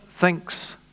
thinks